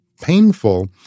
painful